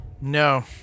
No